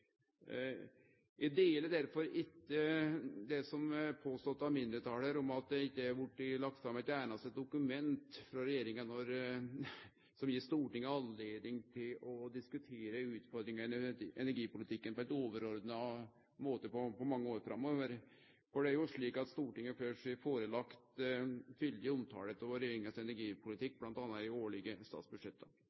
Eg deler derfor ikkje det som blir påstått av mindretalet her, at det ikkje har blitt lagt fram eit einaste dokument frå regjeringa som gir Stortinget anledning til å diskutere utfordringane i energipolitikken på ein overordna måte på mange år. Ein fyldig omtale av regjeringas energipolitikk blir lagd fram for Stortinget m.a. i dei årlege statsbudsjetta.